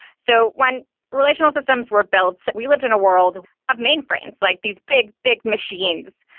so when relational systems were built, we lived in a world of mainframes, like these big, big machines.